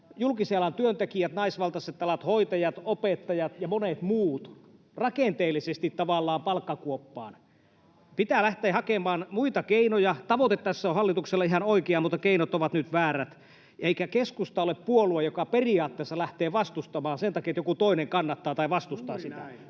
julkisen alan työntekijät, naisvaltaiset alat, hoitajat, opettajat ja monet muut, rakenteellisesti tavallaan palkkakuoppaan. Pitää lähteä hakemaan muita keinoja. Tavoite tässä on hallituksella ihan oikea, mutta keinot ovat nyt väärät. Eikä keskusta ole puolue, joka periaatteessa lähtee vastustamaan sen takia, että joku toinen kannattaa tai vastustaa sitä.